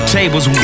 tables